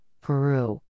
Peru